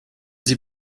sie